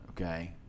okay